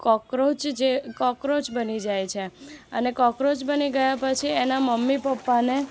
cockroach જે cockroach બની જાય છે અને ક્રોક્રોચ બની ગયા પછી એના મમ્મી પપ્પાને